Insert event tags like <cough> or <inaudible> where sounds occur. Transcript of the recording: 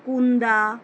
<unintelligible>